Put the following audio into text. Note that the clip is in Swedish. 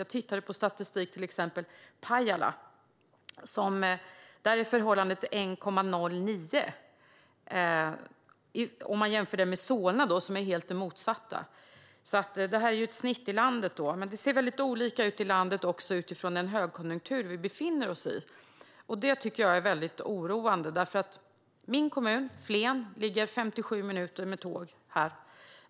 Jag tittade på statistik för Pajala, där förhållandet är 1,09, och för Solna, där förhållandet är det motsatta. Detta är alltså ett snitt för landet, men det ser väldigt olika ut i landet också utifrån den högkonjunktur som vi befinner oss i. Det tycker jag är väldigt oroande. Min kommun, Flen, ligger 57 minuters tågresa härifrån.